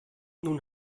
nun